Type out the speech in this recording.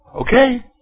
Okay